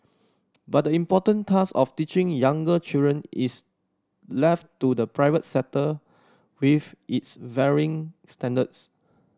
but the important task of teaching younger children is left to the private sector with its varying standards